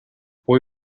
boy